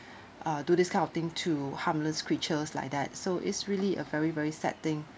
uh do this kind of thing to harmless creatures like that so it's really a very very sad thing